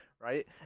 right